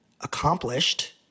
accomplished